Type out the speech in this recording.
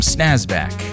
Snazback